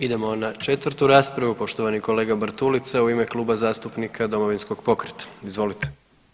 Idemo na 4. raspravu, poštovani kolega Bartulica u ime Kluba zastupnika Domovinskog pokreta, izvolite.